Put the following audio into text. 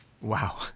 Wow